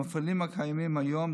המפעילים הקיימים היום,